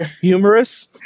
humorous